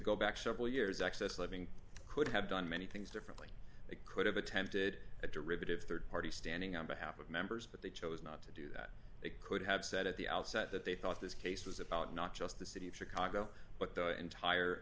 go back several years access living could have done many things differently they could have attempted a derivative rd party standing on behalf of members but they chose not to do that they could have said at the outset that they thought this case was about not just the city of chicago but the entire